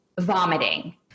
vomiting